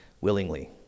willingly